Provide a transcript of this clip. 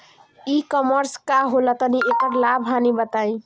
ई कॉमर्स का होला तनि एकर लाभ हानि बताई?